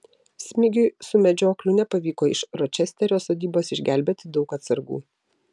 smigiui su medžiokliu nepavyko iš ročesterio sodybos išgelbėti daug atsargų